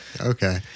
Okay